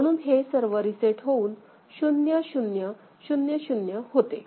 म्हणून हे सर्व रिसेट होऊन 0000 होते